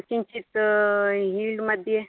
किञ्चिद् हील्ड् मध्ये